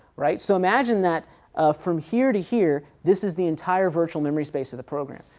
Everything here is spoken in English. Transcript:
right. so imagine that from here to here, this is the entire virtual memory space of the program,